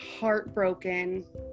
heartbroken